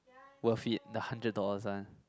worth it the hundred dollars one